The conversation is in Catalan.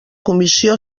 comissió